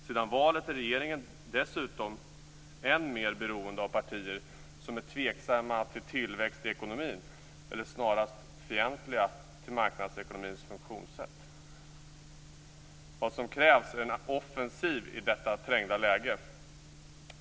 Sedan valet är regeringen dessutom än mer beroende av partier som är tveksamma till tillväxt i ekonomin eller närmast fientliga till marknadsekonomins funktionssätt. Vad som krävs är en offensiv i detta trängda läge.